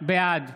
בעד